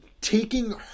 taking